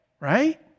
Right